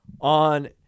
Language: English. on